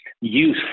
Youth